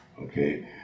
Okay